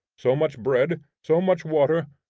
so much bread, so much water,